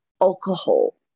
alcohol